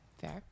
Fair